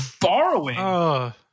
borrowing